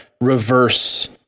reverse